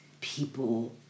people